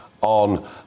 on